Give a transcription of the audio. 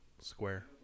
square